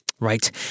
Right